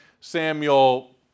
Samuel